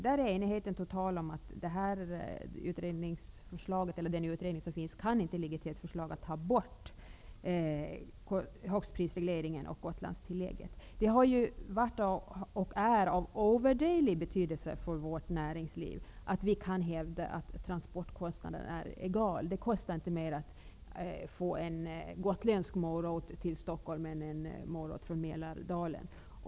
Där är enigheten total om att utredningen inte kan ligga till grund för att avskaffa högstprisregleringen och Gotlandstillägget. Det har varit och är av ovärderlig betydelse för vårt näringsliv att vi kan hävda att transportkostnaden är egal. Det kostar inte mer att få en gotländsk morot till Stockholm än en morot från Mälardalen.